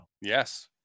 Yes